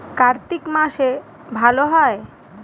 কার্তিক মাসে ভালো হয়?